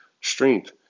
Strength